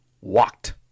Walked